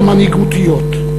המנהיגותיות.